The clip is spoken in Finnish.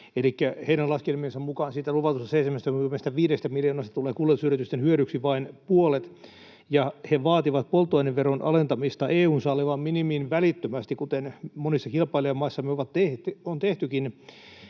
heidän laskelmiensa mukaan siitä luvatusta 75 miljoonasta tulee kuljetusyritysten hyödyksi vain puolet, ja he vaativat polttoaineveron alentamista EU:n sallimaan minimiin välittömästi, kuten monissa kilpailijamaissamme on tehtykin.